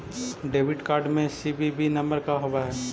Debit card में CVV number का होव हइ?